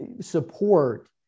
support